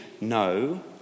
No